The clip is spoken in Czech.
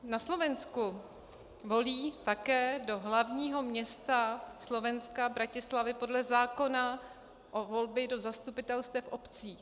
Na Slovensku volí také do hlavního města Slovenska Bratislavy podle zákona o volbách do zastupitelstev obcí.